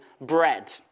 bread